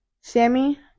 Sammy